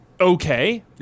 okay